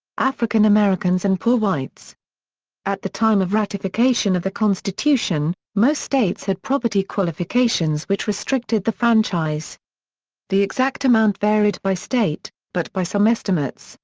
african americans and poor whites at the time of ratification of the constitution, most states had property qualifications which restricted the franchise the exact amount varied by state, but by some estimates,